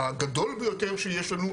הגדול ביותר שיש לנו,